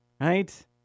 right